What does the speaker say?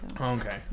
Okay